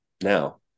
now